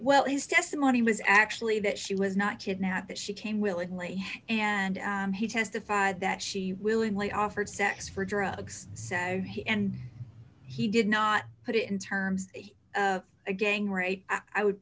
was actually that she was not kidnapped that she came willingly and he testified that she willingly offered sex for drugs so he and he did not put it in terms of a gang rape i would